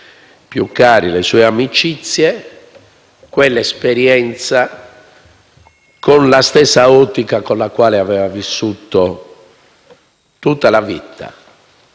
più cari e le sue amicizie, ha vissuto quell'esperienza con la stessa ottica con la quale aveva vissuto tutta la vita,